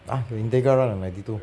!huh! your integral run on ninety two